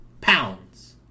pounds